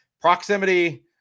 Proximity